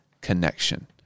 connection